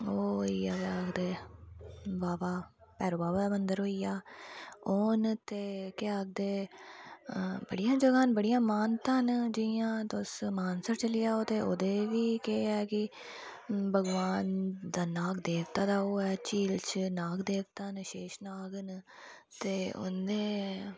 ओह् होईआबावा भैरो भैवै दै मंदर होईआ ओह् न ते केह् आखदे बढ़ियां जगह् बढ़िआं महानतां न जियां तुस मानसर चली जाओ ओह्दै बी एह् ऐ कि बगवान दा नाग देवता झील च नाग देवता शेश नाग न ते उनैं